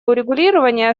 урегулирования